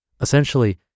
Essentially